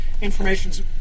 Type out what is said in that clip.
information's